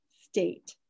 state